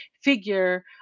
figure